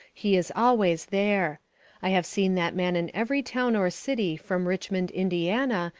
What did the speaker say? he is always there i have seen that man in every town or city from richmond, indiana,